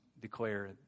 declare